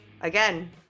again